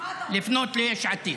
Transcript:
תתקדם.